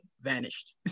vanished